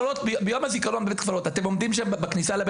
ביום הזיכרון בבית קברות אתם עומדים שם בכניסה לבית